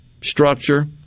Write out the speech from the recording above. structure